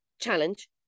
challenge